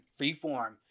Freeform